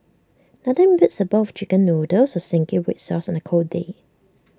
nothing beats A bowl of Chicken Noodles with Zingy Red Sauce on A cold day